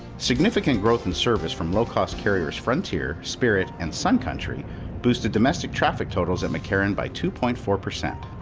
significant growth and service from low-cost carriers frontier, spirit and sun country boosted domestic traffic totals at mccarran by two point four percent.